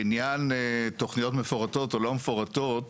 לעניין תוכניות מפורטות או לא מפורטות,